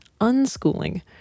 unschooling